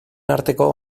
arteko